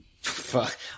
Fuck